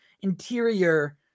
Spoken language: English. interior